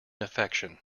affection